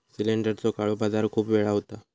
सिलेंडरचो काळो बाजार खूप वेळा होता